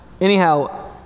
anyhow